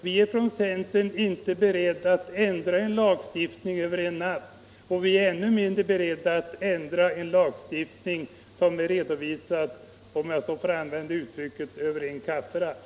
Vi är från centern inte beredda att ändra en lagstiftning över en natt, och vi är ännu mindre beredda att genomföra en lagstiftning som är redovisad — om jag får använda uttrycket — över en kafferast.